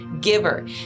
giver